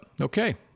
Okay